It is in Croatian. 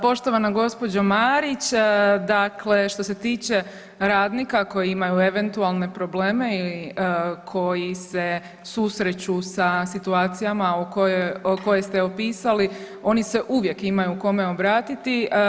Poštovana gospođo Marić, dakle što se tiče radnika koji imaju eventualne probleme ili koji se susreću sa situacijama koje ste opisali oni se uvijek imaju kome obratiti.